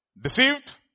deceived